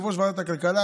יושב-ראש ועדת כלכלה,